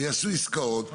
ויעשו עסקאות.